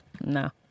No